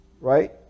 Right